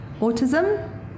autism